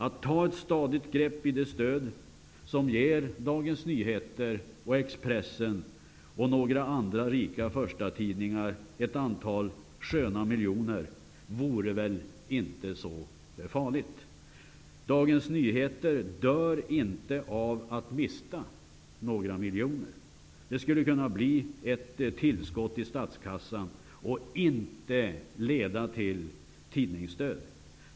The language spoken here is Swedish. Att ta ett stadigt grepp i det stöd som ger Dagens Nyheter och Expressen och några andra rika förstatidningar ett antal sköna miljoner vore väl inte så farligt. Dagens Nyheter dör inte av att mista några miljoner. Det skulle kunna bli ett tillskott i statskassan men inte leda till tidningsdöd.